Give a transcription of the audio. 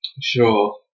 Sure